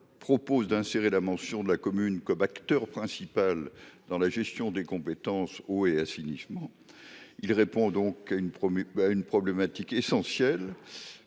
vise à insérer la mention de la commune comme acteur principal dans la gestion des compétences eau et assainissement. Il s’agit de répondre à une problématique essentielle